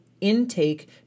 intake